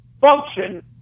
function